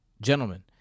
gentlemen